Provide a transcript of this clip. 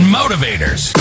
motivators